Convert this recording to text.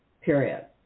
period